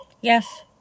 Yes